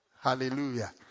Hallelujah